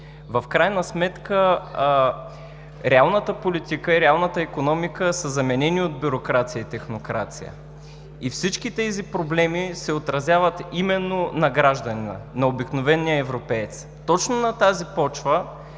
В крайна сметка реалната политика и реалната икономика са заменени от бюрокрация и технокрация и всички тези проблеми се отразяват именно на гражданина, на обикновения европеец. Точно на тази почва